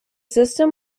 system